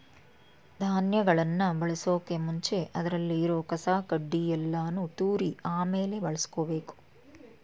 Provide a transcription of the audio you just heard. ಧಾನ್ಯಗಳನ್ ಬಳಸೋಕು ಮುಂಚೆ ಅದ್ರಲ್ಲಿ ಇರೋ ಕಸ ಕಡ್ಡಿ ಯಲ್ಲಾನು ತೂರಿ ಆಮೇಲೆ ಬಳುಸ್ಕೊಬೇಕು